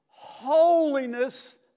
Holiness